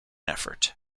effort